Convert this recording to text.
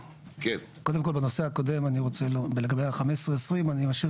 קודם כל בנושא הקודם לגבי ה-15-20 אני אשאיר